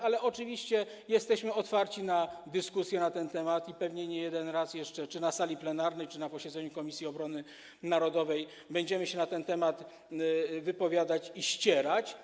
Ale oczywiście jesteśmy otwarci na dyskusję na ten temat i pewnie jeszcze niejeden raz czy na sali plenarnej czy na posiedzeniu Komisji Obrony Narodowej będziemy się na ten temat wypowiadać i ścierać.